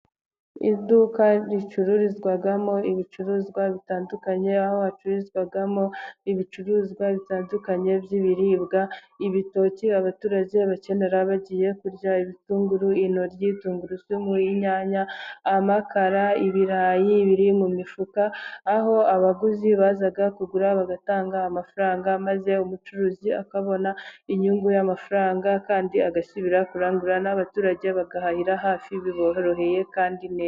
Iduka ricururizwamo ibicuruzwa bitandukanye aho hacururizwamo ibicuruzwa bitandukanye by'ibiribwa. Ibitoki abaturage bakenera bagiye kurya, ibitunguru, intoryi , tungurusu, inyanya, amakara, ibirayi, biri mu mifuka aho abaguzi baza kugura bagatanga amafaranga maze umucuruzi akabona inyungu y'amafaranga, kandi agasubira kurangura n'abaturage bagahahira hafi biboroheye kandi neza.